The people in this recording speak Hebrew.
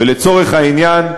ולצורך העניין,